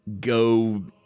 go